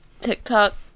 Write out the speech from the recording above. TikTok